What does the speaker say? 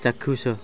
ଚାକ୍ଷୁଷ